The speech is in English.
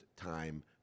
time